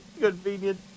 Convenient